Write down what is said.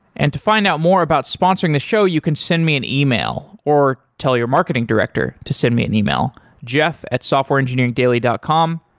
and to find out more about sponsoring the show, you can send me an ah e-mail or tell your marketing director to send me an e-mail, jeff at softwareengineeringdaily dot com.